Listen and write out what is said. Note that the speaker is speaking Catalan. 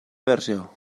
versió